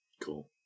Cool